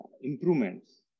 improvements